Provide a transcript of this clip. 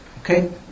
Okay